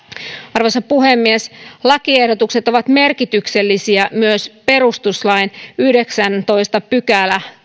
arvoisa puhemies lakiehdotukset ovat merkityksellisiä myös perustuslain yhdeksännentoista pykälän